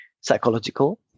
psychological